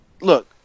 look